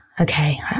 okay